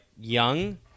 young